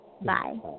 Bye